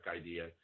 idea